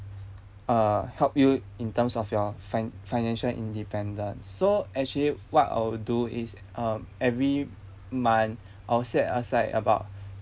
uh help you in terms of your fin~ financial independence so actually what I'll do is um every month I'll set aside about